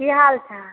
की हाल चाल